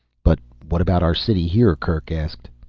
but what about our city here? kerk asked.